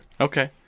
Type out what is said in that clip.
okay